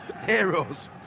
Heroes